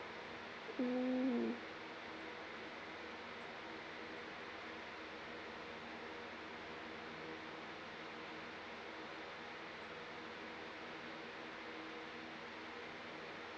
mm